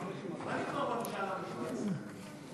מה נגמר במשאל העם בשווייץ?